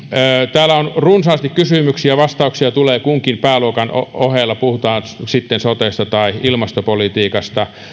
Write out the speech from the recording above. täällä oli runsaasti kysymyksiä vastauksia tulee kunkin pääluokan ohella puhutaan sitten sotesta tai ilmastopolitiikasta